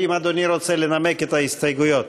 האם אדוני רוצה לנמק את ההסתייגויות?